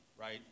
right